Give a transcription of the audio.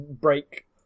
break